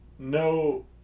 No